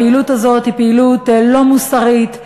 הפעילות הזאת היא פעילות לא מוסרית,